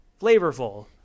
Flavorful